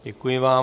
Děkuji vám.